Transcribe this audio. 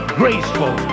graceful